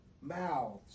mouths